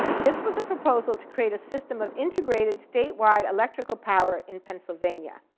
this was a proposal to create a system of integrated statewide electrical power in pennsylvania.